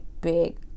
big